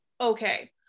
Okay